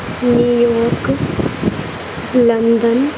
New York London